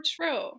true